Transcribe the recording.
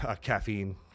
Caffeine